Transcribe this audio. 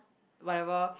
whatever